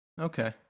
Okay